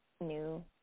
new